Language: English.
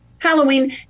Halloween